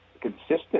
consistent